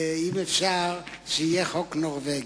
אם אפשר, שיהיה החוק הנורבגי.